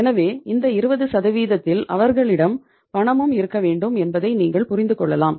எனவே இந்த 20 இல் அவர்களிடம் பணமும் இருக்க வேண்டும் என்பதை நீங்கள் புரிந்துக் கொள்ளலாம்